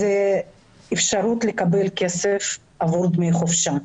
אפשרות לקבל כסף עבור ימי חופשה.